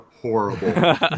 horrible